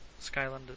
Skylanders